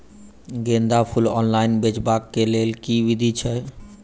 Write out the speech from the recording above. गेंदा फूल ऑनलाइन बेचबाक केँ लेल केँ विधि छैय?